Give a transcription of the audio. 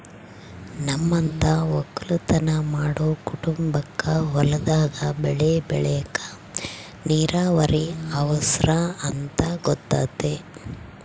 ನಮ್ಮಂತ ವಕ್ಕಲುತನ ಮಾಡೊ ಕುಟುಂಬಕ್ಕ ಹೊಲದಾಗ ಬೆಳೆ ಬೆಳೆಕ ನೀರಾವರಿ ಅವರ್ಸ ಅಂತ ಗೊತತೆ